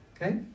okay